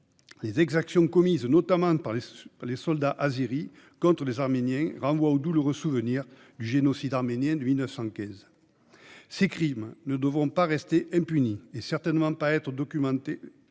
Les exactions commises, notamment, par les soldats azéris contre des Arméniens renvoient au douloureux souvenir du génocide arménien de 1915. Ces crimes ne devront pas rester impunis. En outre, ils ne devront certainement pas être documentés